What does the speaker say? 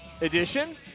edition